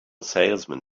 salesman